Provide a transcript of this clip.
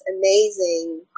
amazing